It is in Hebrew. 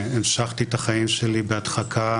והמשכתי את החיים שלי בהדחקה